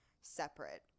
separate